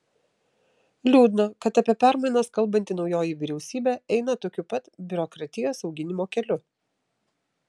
liūdna kad apie permainas kalbanti naujoji vyriausybė eina tokiu pat biurokratijos auginimo keliu